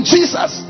Jesus